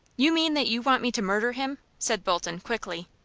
you mean that you want me to murder him? said bolton, quickly.